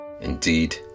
Indeed